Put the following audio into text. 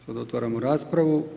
Sad otvaramo raspravu.